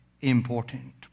important